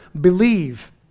believe